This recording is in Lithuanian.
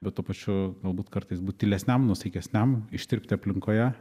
bet tuo pačiu galbūt kartais būt tylesniam nuosaikesniam ištirpti aplinkoje